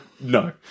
No